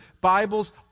Bible's